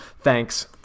Thanks